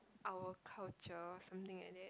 our culture something like that